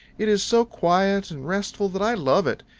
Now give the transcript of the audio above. it is so quiet and restful that i love it.